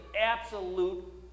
absolute